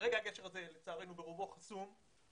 כרגע לצערנו הגשר הזה ברובו חסום ואנחנו